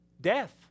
Death